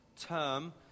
term